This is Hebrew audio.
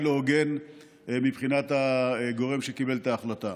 לא הוגן מבחינת הגורם שקיבל את ההחלטה.